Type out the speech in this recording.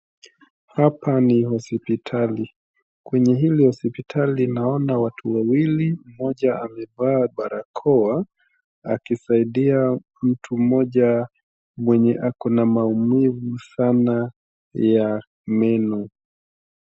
Hapa ni hospitali. Kwenye hili hospitali naona watu wawili, mmoja amevaa barakoa akisaidia mtu mmoja mwenye ako na maumivu sana ya meno.